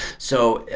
so,